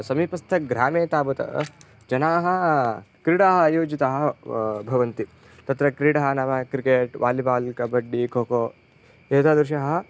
समीपस्थग्रामे तावत् जनाः क्रीडाः आयोजिताः भवन्ति तत्र क्रीडाः नाम क्रिकेट् वालिबाल् कबड्डि खोको एतादृशाः